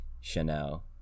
Chanel